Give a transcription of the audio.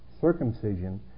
circumcision